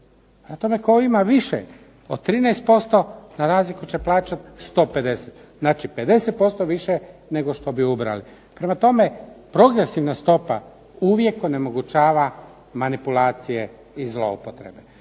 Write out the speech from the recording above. tome, tko ima više od 13% na razliku će plaćati sto pedeset. Znači, 50% više nego što bi ubrali. Prema tome, progresivna stopa uvijek onemogućava manipulacije i zloupotrebe.